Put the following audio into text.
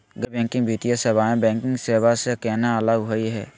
गैर बैंकिंग वित्तीय सेवाएं, बैंकिंग सेवा स केना अलग होई हे?